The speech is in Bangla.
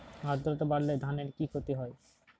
আদ্রর্তা বাড়লে ধানের কি ক্ষতি হয়?